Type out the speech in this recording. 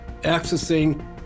accessing